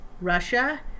Russia